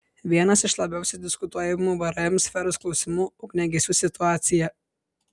vienas iš labiausiai diskutuojamų vrm sferos klausimų ugniagesių situacija